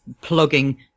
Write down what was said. plugging